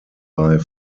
bei